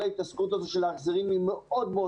כל ההתעסקות הזו של ההחזרים היא מאוד מאוד